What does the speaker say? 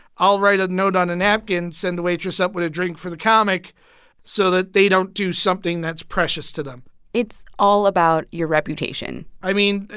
i'll write a note on a napkin, send the waitress up with a drink for the comic so that they don't do something that's precious to them it's all about your reputation i mean,